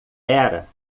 era